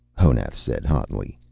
honath said hotly.